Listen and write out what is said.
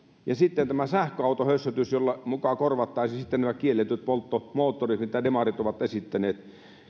sitten on tämä sähköautohössötys jolla muka korvattaisiin nämä kielletyt polttomoottorit mitä demarit ovat esittäneet